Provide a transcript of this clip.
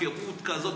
הפקרות כזאת,